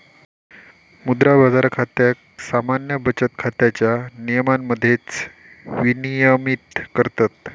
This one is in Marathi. मुद्रा बाजार खात्याक सामान्य बचत खात्याच्या नियमांमध्येच विनियमित करतत